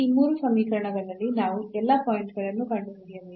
ಈ ಮೂರು ಸಮೀಕರಣಗಳಲ್ಲಿ ನಾವು ಎಲ್ಲಾ ಪಾಯಿಂಟ್ ಗಳನ್ನು ಕಂಡುಹಿಡಿಯಬೇಕು